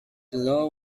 low